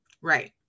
Right